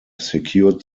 secured